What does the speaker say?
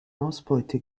ausbeute